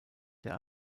der